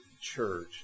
church